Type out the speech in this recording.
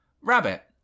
rabbit